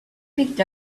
picked